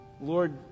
Lord